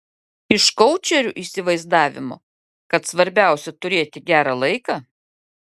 iš koučerių įsivaizdavimo kad svarbiausia turėti gerą laiką